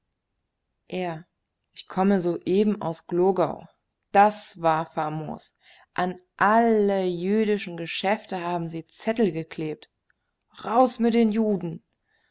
er ich komme soeben aus glogau das war famos an alle jüdischen geschäfte haben sie zettel geklebt raus mit den juden